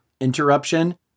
interruption